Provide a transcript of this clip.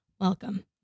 welcome